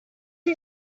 who